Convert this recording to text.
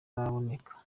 araboneka